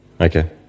Okay